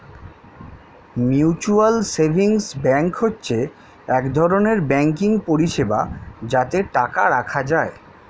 mutual savings bank হচ্ছে এক ধরনের ব্যাঙ্কিং পরিষেবা যাতে টাকা রাখা যায়